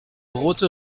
rote